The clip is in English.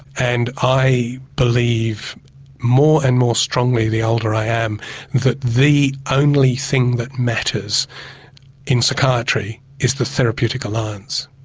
and i believe more and more strongly the older i am that the only thing that matters in psychiatry is the therapeutic alliance.